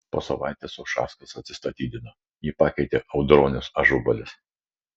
po savaitės ušackas atsistatydino jį pakeitė audronius ažubalis